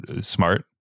smart